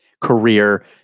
career